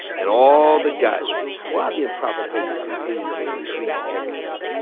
and all the guidance, why have the improper payments continued to increase every year?